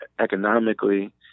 economically